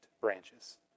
branches